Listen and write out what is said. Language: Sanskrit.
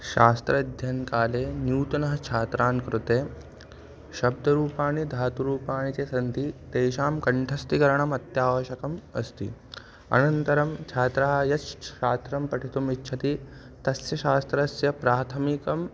शास्त्राध्ययनकाले न्यूतनः छात्रान् कृते शब्दरूपाणि धातुरूपाणि च सन्ति तेषां कण्ठस्थीकरणम् अत्यावश्यकम् अस्ति अनन्तरं छात्राः यस् श् शास्त्रं पठितुम् इच्छन्ति तस्य शास्त्रस्य प्राथमिकम्